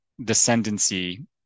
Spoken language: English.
descendancy